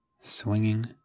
swinging